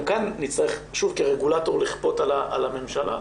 כאן נצטרך כרגולטור לכפות על הממשלה.